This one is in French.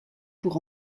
pour